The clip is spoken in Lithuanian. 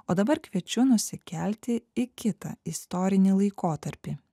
o dabar kviečiu nusikelti į kitą istorinį laikotarpį